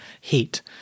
heat